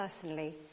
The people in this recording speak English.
personally